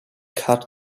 cut